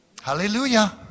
Hallelujah